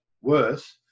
worse